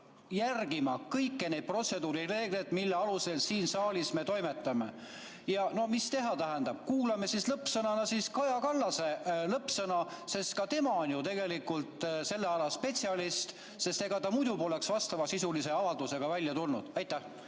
järgima kõiki protseduurireegleid, mille alusel me siin saalis toimetame. No mis teha, tähendab, kuulame siis lõppsõnana Kaja Kallase lõppsõna, ka tema on tegelikult selle ala spetsialist, sest ega ta muidu poleks vastavasisulise avaldusega välja tulnud. Aitäh!